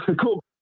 cool